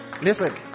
Listen